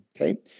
okay